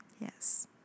Yes